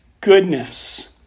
goodness